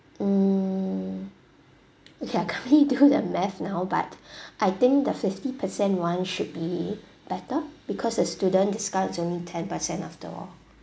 mm okay I can't really do the math now but I think the fifty percent one should be better because the student discount is only ten percent after all